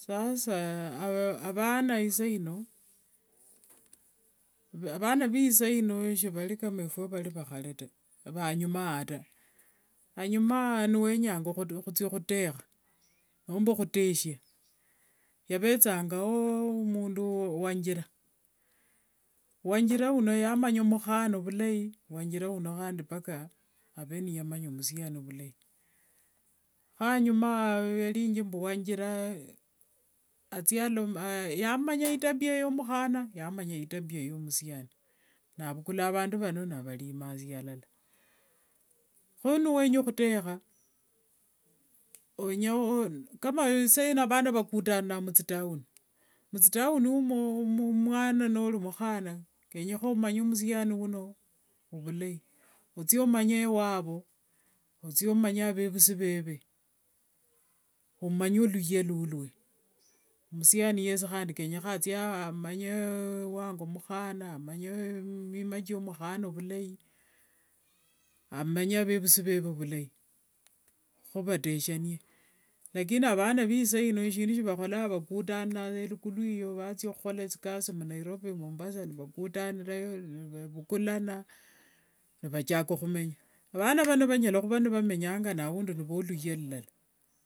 Sasa avana esaino, vana veisaino sivari kama efwe vari vakhare taa va anyuma ao taa, anyuma ao niwenyanga khuthia khutekha nomba khuteshia, yavethangao mundu wanjira, wanjira uno yamanya mukhana vilai. khandi wanjira uno mpaka ave niyamanya musiani vulai. kho khare ao vyarithingi mbu yamanya itabia yomukhana, yamanya itabia yomusiani navukula avandu vano navarimasia alala, kho niwenya khutekha, kama isaino vana vakutaniranga mutown, muthitown omo nori mukhana jenyekha omanye musiani uno vulai, othie omanye wavu, othie omanye wavevusi veve, omanye luyha lulwe, musiani yesi khandi kenyekhana athie amanye wavu mukhana vulai, amanye mima kiomukhana vulai, amanye avevusi veve vulai, khuvateshiane. Lakini avana vaisaino shivakholanga vakutaniranga saa mukulu eyo vathia khukhola thikasi munairobi, mombasa nivakutanirayo, nivavukulana, nivachaka khumenya, vana vano vanyala khuva nivamenyanga na aundi nivaluhya lulala.